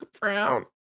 Brown